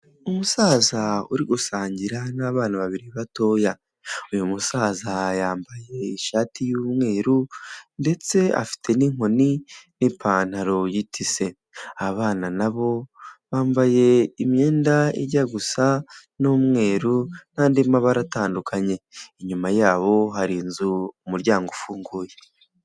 Umusaza uri gusangira n'abana babiri batoya, uyu musaza yambaye ishati y'umweru ndetse afite n'inkoni, n'ipantaro yitise abana nabo bambaye imyenda ijya gusa n'umweru, n'andi mabara atandukanye, inyuma yabo hari inzu umuryango ufunguye.